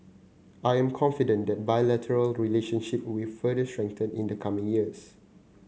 I am confident the bilateral relationship will further strengthen in the coming years